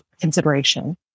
consideration